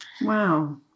Wow